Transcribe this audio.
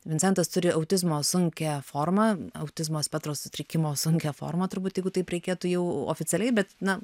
vincentas turi autizmo sunkią formą autizmo spektro sutrikimo sunkią formą turbūt jeigu taip reikėtų jau oficialiai bet na